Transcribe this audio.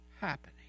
happening